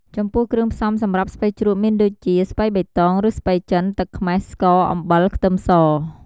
ចំពោះគ្រឿងផ្សំសម្រាប់ស្ពៃជ្រក់មានដូចជា ស្ពៃបៃតឬស្ពៃចិន ទឹកខ្មេះ ស្ករ អំបិល ខ្ទឹមស។